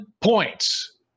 points